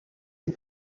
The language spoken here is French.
est